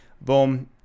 Boom